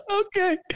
Okay